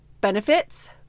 benefits